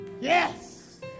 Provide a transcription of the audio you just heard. Yes